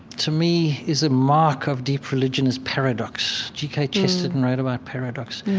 to me, is a mark of deep religion is paradox. g k. chesterton wrote about paradox.